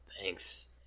Thanks